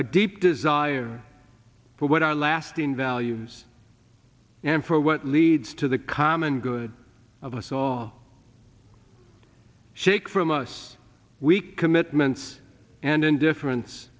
a deep desire for what are lasting values and for what leads to the common good of us all shake from us we commitments and indifference